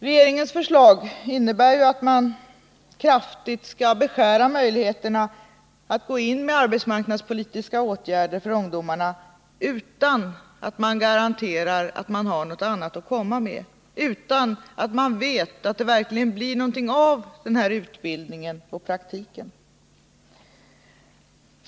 Regeringens förslag innebär att man kraftigt skall beskära möjligheterna att gå in med arbetsmarknadspolitiska åtgärder för ungdomarna utan att man garanterar att man har någonting annat att komma med, utan att man vet att det verkligen blir någonting av den här utbildningen och praktiken.